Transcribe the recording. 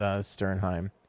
Sternheim